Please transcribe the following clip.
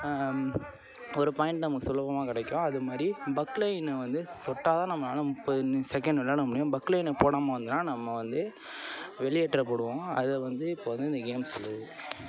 ஒரு பாய்ண்ட் நம்ம சுலபமாக கிடைக்கும் அதே மாதிரி பக்லைனை வந்து தொட்டால் தான் நம்மளால் முப்பது செக்கண்ட் விளையாட முடியும் பக்லைன் போடும் போதெல்லாம் நம்ம வந்து வெளியேற்ற படுவோம் அதை வந்து இப்போது வந்து இந்த கேம்ஸ் சொல்லுது